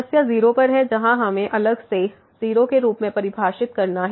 समस्या 0 पर है जहां हमें अलग से 0 के रूप में परिभाषित करना है